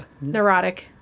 neurotic